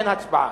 אין הצבעה.